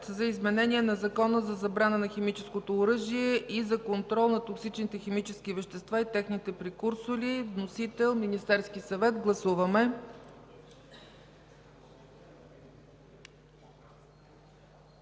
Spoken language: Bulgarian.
за изменение на Закона за забрана на химическото оръжие и за контрол на токсичните химически вещества и техните прекурсори, вносител – Министерският съвет. Гласували